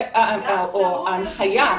או הנחיה,